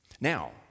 Now